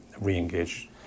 re-engage